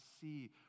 see